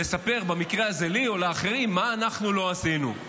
לספר במקרה הזה לי או לאחרים מה אנחנו לא עשינו.